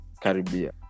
Caribbean